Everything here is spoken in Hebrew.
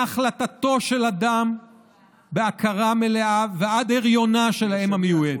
מהחלטתו של אדם בהכרה מלאה ועד הריונה של האם המיועדת.